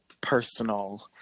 personal